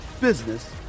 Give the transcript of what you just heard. business